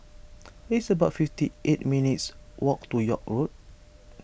it's about fifty eight minutes' walk to York Road